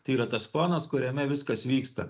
tai yra tas fonas kuriame viskas vyksta